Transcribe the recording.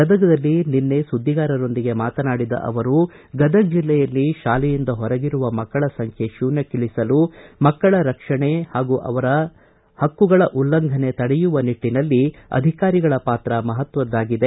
ಗದಗದಲ್ಲಿ ನಿನ್ನೆ ಸುದ್ದಿಗಾರರೊಂದಿಗೆ ಮಾತನಾಡಿದ ಅವರು ಗದಗ ಜಿಲ್ಲೆಯಲ್ಲಿ ಶಾಲೆಯಿಂದ ಹೊರಗಿರುವ ಮಕ್ಕಳ ಸಂಖ್ಯೆ ಶೂನ್ಯಕ್ಕಳಿಸಲು ಮಕ್ಕಳ ರಕ್ಷಣೆ ಹಾಗೂ ಅವರ ಹಕ್ಕುಗಳ ಉಲ್ಲಂಘನೆ ತಡೆಯುವ ನಿಟ್ಟನಲ್ಲಿ ಅಧಿಕಾರಿಗಳ ಪಾತ್ರ ಮಹತ್ವದ್ದಾಗಿದೆ